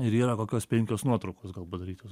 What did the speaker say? ir yra kokios penkios nuotraukos gal padarytos